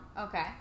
okay